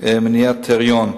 מניעת היריון.